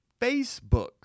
Facebook